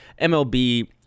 MLB